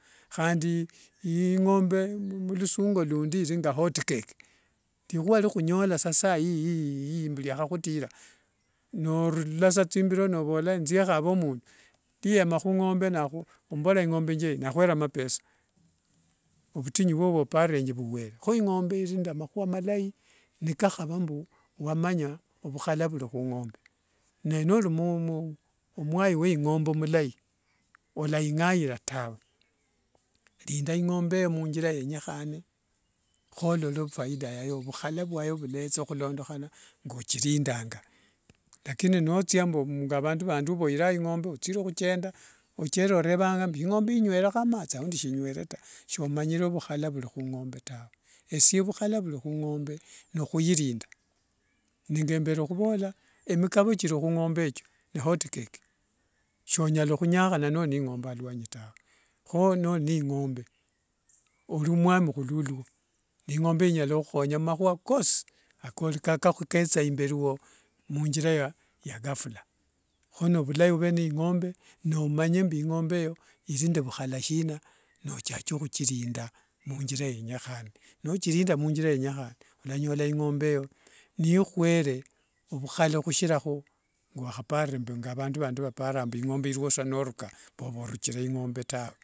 ingombe mulusungo lundi ilingika hotcake, likhua likhunyola saiiiii norurasa thimbiro novola nzie khave omundu, niyema khungombe nakhu omuvorera ingombe thieino ano nakhwere mapesa ovutinyu vwo vyoparenge vuvha vuvere. Kho ingombe ili nende makhua malai niwakhava mbu wamanya ovhukhala vuli khungombe naye noli mu mwayi wa ingombe omulai, walainganyira tawe linda ingombe muthira yaukhane kholole faida yayo, ovhukhala mwaletha khulondekhana kothirindanga nothia mbu ngavandu vandi ovoire so ingombe othire khukenda, noreva mbu, ingombe ingwere amathi audi shingwerekho taa shomanyire vhukhala vulai hwingombe tawe esie vhukhala vulai khungombe nokhwilinda nengembere khuvola emikavo kili khungombeyo nikuilinda nengembore khuvola imikavo kilikhu ingombe ni hotcake sonyala khunyakhana noli nende ingombe aluanyi tawe. Kho noli ne ingombe olimwami khululwo, ingombe inyala ukhukhonya humakhua kosii akali ketsa imberi wo munthira ya ghafla. Kho ni vulai over nee ingo nomanye mbu ingombe eyo ili nende vhukhala sina nochache khuchilinda munthira yenyekhane. Nochikinda munthira yenyekhane walanyola ingombe eyo nikhwere ovhukhala hushiraho ngiwakhapare vandu vandi vaparanga mbu ingombe iliwosa mbu norukaa novorukire ingombe tawe.